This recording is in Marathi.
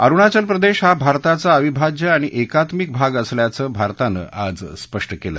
अरुणाचल प्रदेश हा भारताचा अविभाज्य आणि एकात्मिक भाग असल्याचं भारतानं आज स्पष्ट केलं